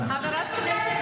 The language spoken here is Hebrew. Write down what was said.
לסדר.